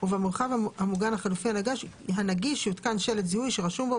ובמרחב המוגן החלופי הנגיש יותקן שלט זיהוי שרשום בו: